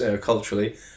culturally